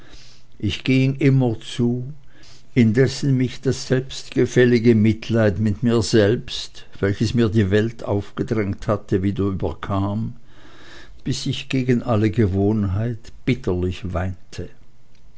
ich ging immerzu indessen mich das selbstgefällige mitleid mit mir selbst welches mir die welt aufgedrängt hatte wieder überkam bis ich gegen alle gewohnheit bitterlich weinte